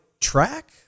track